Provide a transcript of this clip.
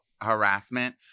harassment